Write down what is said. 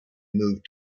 moved